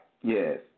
Yes